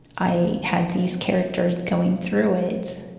i had these characters going through it,